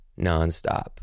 nonstop